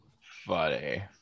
funny